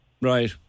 Right